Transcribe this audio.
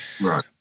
Right